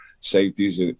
safeties